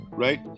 Right